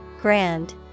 Grand